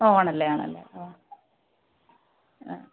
ഓ ആണല്ലേ ആണല്ലേ ആ